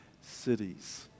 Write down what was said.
cities